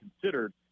considered